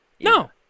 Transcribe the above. No